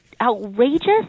outrageous